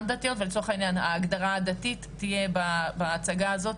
דתיות ולצורך העניין ההגדרה הדתית תהיה בהצגה הזאת,